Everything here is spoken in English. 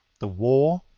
the wall,